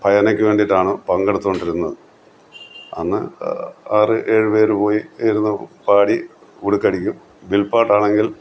ഭജനക്ക് വേണ്ടിയിട്ടാണ് പങ്കെടുത്തു കൊണ്ടിരുന്നത് അന്ന് ആറ് ഏഴ് പേര് പോയി ഇരുന്ന് പാടി ഉടുക്കടിക്കും വിൽപ്പാട്ടാണെങ്കിൽ